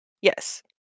Yes